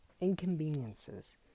inconveniences